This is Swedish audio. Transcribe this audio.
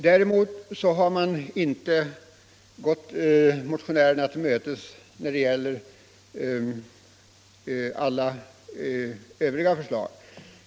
Däremot har man inte tillmötesgått motionärerna när det gäller alla övriga förslag.